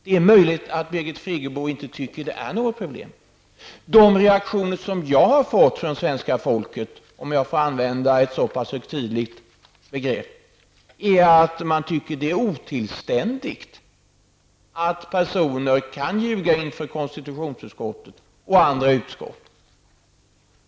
Det är möjligt att Birgit Friggebo inte tycker att det är något problem. De reaktioner som jag har fått från svenska folket -- om jag får använda ett så pass högtidligt begrepp -- är att man tycker att det är otillständigt att personer kan ljuga inför konstitutionsutskottet och andra utskott.